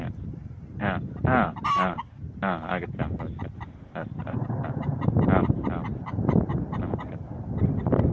हा हा हा ह आगच्छामि अवश्यम् अस्तु अस् आम् आं नमस्कारः